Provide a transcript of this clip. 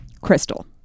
crystal